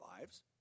lives